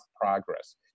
progress